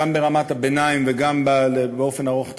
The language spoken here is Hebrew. גם ברמת הביניים וגם באופן ארוך טווח,